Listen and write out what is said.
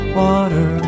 water